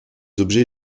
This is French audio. objets